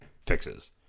fixes